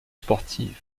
sportive